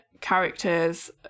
characters